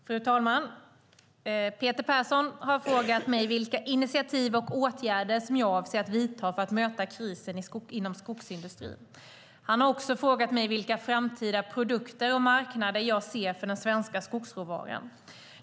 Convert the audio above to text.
Fru talman! Peter Persson har frågat mig vilka initiativ och åtgärder jag avser att vidta för att möta krisen inom skogsindustrin. Han har också frågat mig vilka framtida produkter och marknader jag ser för den svenska skogsråvaran.